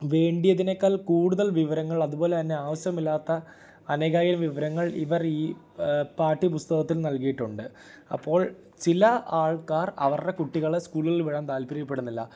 വേണ്ടിയതിനേക്കാൾ കൂടുതൽ വിവരങ്ങൾ അതുപോലെ തന്നെ ആവശ്യമില്ലാത്ത അനേകായിരം വിവരങ്ങൾ ഇവർ ഈ പാഠ്യ പുസ്തകത്തിൽ നൽകിയിട്ടുണ്ട് അപ്പോൾ ചില ആൾക്കാർ അവരുടെ കുട്ടികളെ സ്കൂളുകളിൽ വിടാൻ താല്പര്യപ്പെടുന്നില്ല